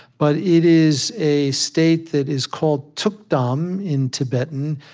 but it is a state that is called thukdam, in tibetan,